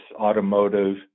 automotive